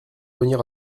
venir